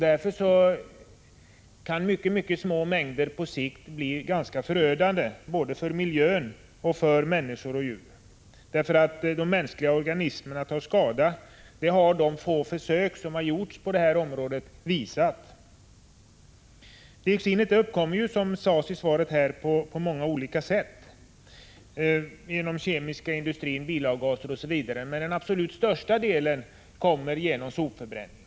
Därför kan mycket små mängder på sikt bli ganska förödande både för miljön och för människor och djur. De få försök som har gjorts på det här området har visat att den mänskliga organismen tar skada. Dioxiner uppkommer, såsom sades i svaret, på många olika sätt — från den kemiska industrin, genom bilavgaser osv. — men den absolut största delen uppkommer genom sopförbränning.